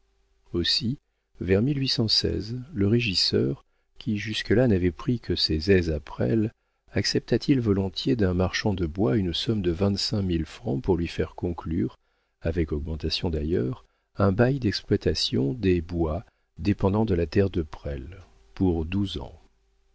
aussi vers le régisseur qui jusque-là n'avait pris que ses aises à presles accepta t il volontiers d'un marchand de bois une somme de vingt-cinq mille francs pour lui faire conclure avec augmentation d'ailleurs un bail d'exploitation des bois dépendants de la terre de presles pour douze ans